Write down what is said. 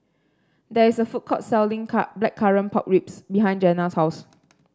there is a food court selling Blackcurrant Pork Ribs behind Jena's house